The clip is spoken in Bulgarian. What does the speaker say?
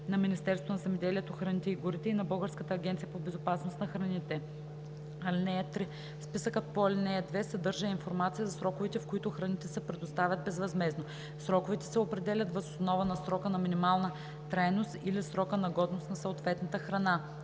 на Министерството на земеделието, храните и горите и на Българската агенция по безопасност на храните. (3) Списъкът по ал. 2 съдържа и информация за сроковете, в които храните се предоставят безвъзмездно. Сроковете се определят въз основа на срока на минимална трайност или срока на годност на съответната храна.